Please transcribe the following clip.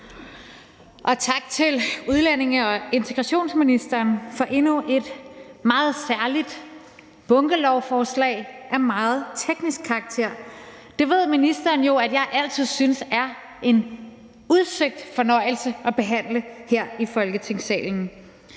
og tak til udlændinge- og integrationsministeren for endnu et meget særligt bunkelovforslag af meget teknisk karakter. Det ved ministeren jo at jeg altid synes er en udsøgt fornøjelse at behandle her i Folketingssalen.